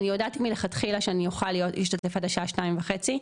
אני הודעתי מלכתחילה שאני אוכל להשתתף עד השעה שתיים וחצי,